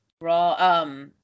Raw